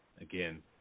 again